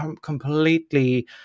completely